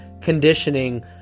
conditioning